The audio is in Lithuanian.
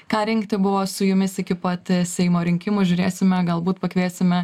ką rinkti buvo su jumis iki pat seimo rinkimų žiūrėsime galbūt pakviesime